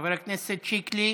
חבר הכנסת שיקלי.